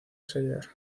celler